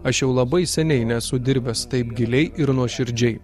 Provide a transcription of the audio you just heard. aš jau labai seniai nesu dirbęs taip giliai ir nuoširdžiai